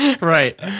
Right